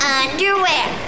underwear